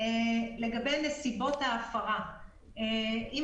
התייחסות לנסיבות ההפרה - האם